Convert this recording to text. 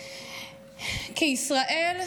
כישראל,